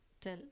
tell